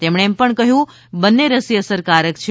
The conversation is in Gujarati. તેમણે કહ્યું બંને રસી અસરકારક છે